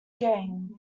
game